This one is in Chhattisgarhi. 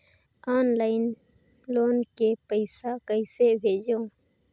ऑनलाइन लोन के पईसा कइसे भेजों?